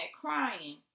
crying